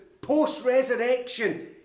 post-resurrection